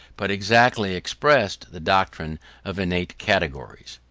but exactly expressed, the doctrine of innate categories.